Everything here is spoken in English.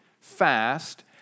fast